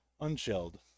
Unshelled